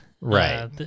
Right